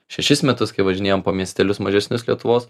šešis metus kai važinėjom po miestelius mažesnius lietuvos